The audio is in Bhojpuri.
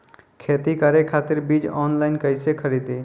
खेती करे खातिर बीज ऑनलाइन कइसे खरीदी?